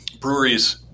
breweries